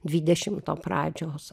dvidešimto pradžios